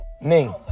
Ning